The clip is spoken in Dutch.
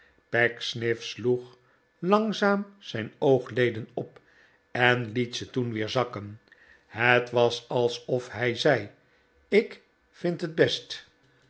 pecksniff sloeg langzaam zijn oogleden op en liet ze toen weer zakken het was alsof hij zei ik vind het best